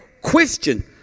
question